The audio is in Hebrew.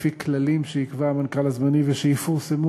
לפי כללים שיקבע המנכ"ל הזמני ושיפורסמו